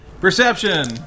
Perception